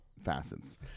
facets